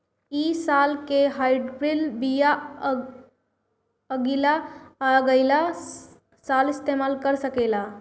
इ साल के हाइब्रिड बीया अगिला साल इस्तेमाल कर सकेला?